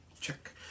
Check